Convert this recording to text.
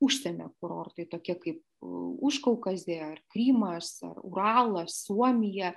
užsienio kurortai tokie kaip užkaukazė ar krymas ar uralas suomija